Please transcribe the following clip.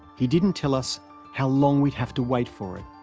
he didn't tell us how long we'd have to wait for it.